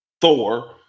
Thor